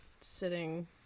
sitting